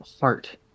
heart